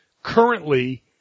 Currently